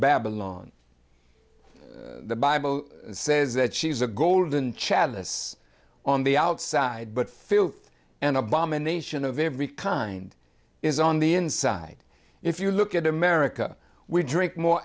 babylon the bible says that she's a golden chalice on the outside but filth and abomination of every kind is on the inside if you look at america we drink more